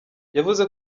yavuze